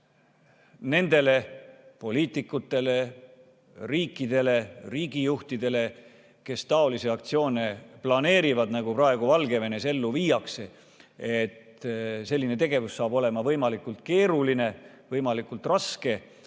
nendele poliitikutele, riikidele, riigijuhtidele, kes taolisi aktsioone planeerivad, nagu praegu Valgevenes ellu viiakse, et selline tegevus saab olema võimalikult keeruline, võimalikult raske